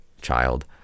child